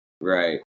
Right